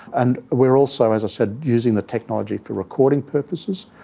and we are also, as i said, using the technology for recording purposes.